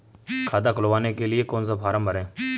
खाता खुलवाने के लिए कौन सा फॉर्म भरें?